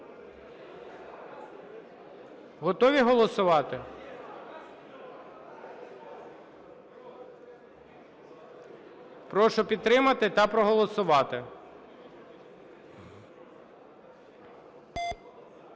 Готові голосувати? Прошу підтримати та проголосувати.